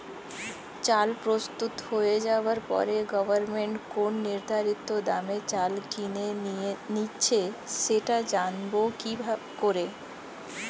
চাল প্রস্তুত হয়ে যাবার পরে গভমেন্ট কোন নির্ধারিত দামে চাল কিনে নিচ্ছে সেটা জানবো কি করে?